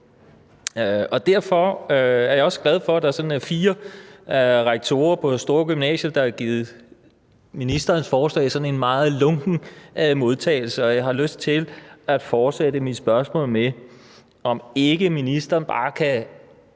Derfor er jeg også glad for, at der er fire rektorer på store gymnasier, der har givet ministerens forslag sådan en meget lunken modtagelse, og jeg har lyst til at fortsætte mit spørgsmål med, om ikke ministeren bare kan